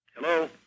Hello